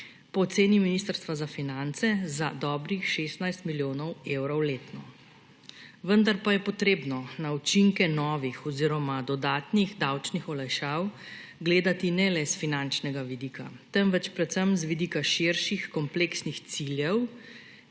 po oceni Ministrstva za finance za dobrih 16 milijonov evrov letno. Vendar pa je potrebno na učinke novih oziroma dodatnih davčnih olajšav gledati ne le s finančnega vidika, temveč predvsem z vidika širših, kompleksnih ciljev,